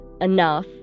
enough